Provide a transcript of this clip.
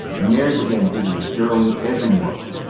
mary began visiting sterling every month.